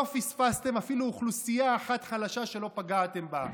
לא פספסתם אפילו אוכלוסייה חלשה אחת שלא פגעתם בה,